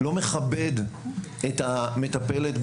לא מכבד את המטפלת,